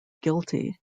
guilty